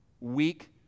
weak